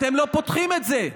אתם לא פותחים את זה,